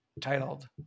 Titled